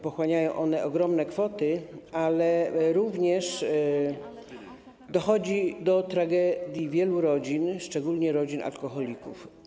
Pochłaniają one ogromne kwoty, ale również dochodzi do tragedii wielu rodzin, szczególnie rodzin alkoholików.